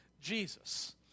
Jesus